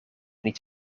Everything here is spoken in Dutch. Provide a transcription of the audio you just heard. niet